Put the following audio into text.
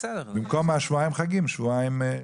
במקום השבועיים חגים, שבועיים.